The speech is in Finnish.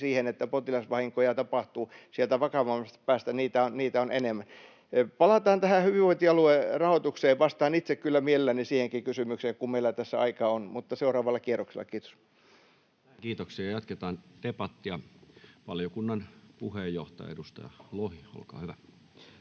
potilasvahinkoja sieltä vakavammasta päästä ja niitä on enemmän. Palataan tähän hyvinvointialuerahoitukseen — vastaan itse kyllä mielelläni siihenkin kysymykseen, kun meillä tässä aikaa on, mutta seuraavalla kierroksella. — Kiitos. Näin, kiitoksia. — Jatketaan debattia. — Valiokunnan puheenjohtaja, edustaja Lohi, olkaa hyvä.